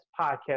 podcast